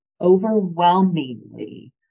overwhelmingly